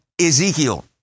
Ezekiel